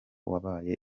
wabaye